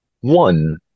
One